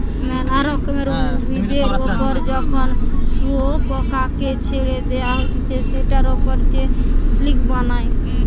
মেলা রকমের উভিদের ওপর যখন শুয়োপোকাকে ছেড়ে দেওয়া হতিছে সেটার ওপর সে সিল্ক বানায়